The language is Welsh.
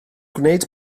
gwneud